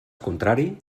contrari